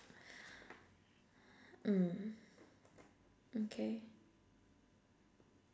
mm okay